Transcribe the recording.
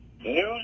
news